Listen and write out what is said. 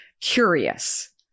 curious